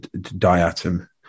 diatom